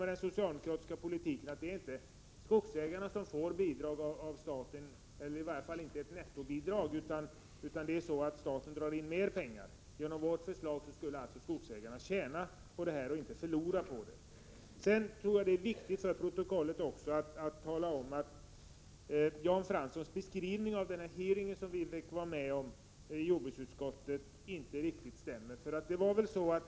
Den socialdemokratiska politiken betyder inte heller att skogsägarna får ett nettobidrag av staten, utan staten drar in mer pengar. Med vårt förslag skulle skogsägarna få en förtjänst i stället för en förlust. Det är också viktigt att till protokollet få antecknat att Jan Franssons beskrivning av den hearing vi fick vara med om i jordbruksutskottet inte riktigt stämmer.